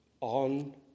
on